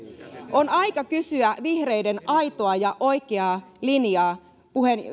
on aika kysyä vihreiden aitoa ja oikeaa linjaa